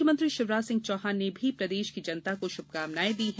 मुख्यमंत्री शिवराज सिंह चौहान ने भी प्रदेश की जनता को शुभकामनाएं दी हैं